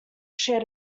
shared